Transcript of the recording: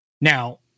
Now